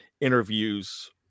interviews